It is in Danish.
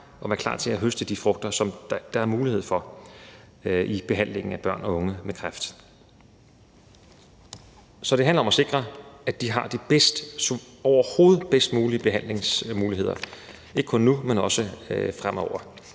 og være klar til at høste de frugter, som der er mulighed for i behandlingen af børn og unge med kræft. Så det handler om at sikre, at de har de bedst mulige behandlingsmuligheder, ikke kun nu, men også fremover.